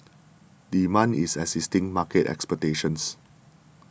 demand is exceeding market expectations